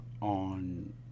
on